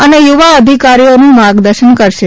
અને યુવા અધિકારીઓનું માર્ગદર્શન કરશે